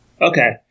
Okay